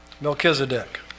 Melchizedek